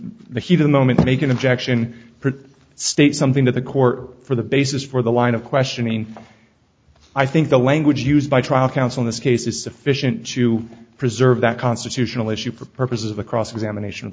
the heat of the moment make an objection per state something that the court for the basis for the line of questioning i think the language used by trial counsel in this case is sufficient to preserve that constitutional issue for purposes of the cross examination of